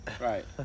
Right